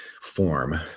form